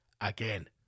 again